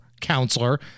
Counselor